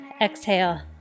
exhale